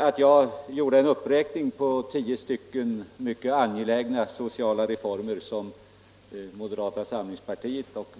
Att jag räknade upp tio mycket angelägna sociala reformer för vilka moderata samlingspartiet och